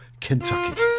Kentucky